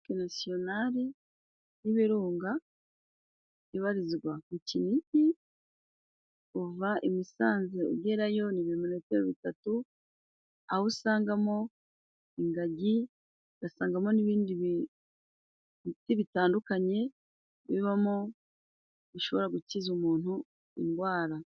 Parike nasiyonari y'ibirunga ibarizwa mu Kinigi kuva i Musanze ugerayo ni ibirometero bitatu aho usangamo ingagi, ugasangamo n'ibindi biti bitandukanye bibamo, bishobora gukiza umuntu indwara.